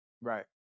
Right